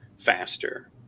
faster